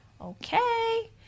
Okay